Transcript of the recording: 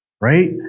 right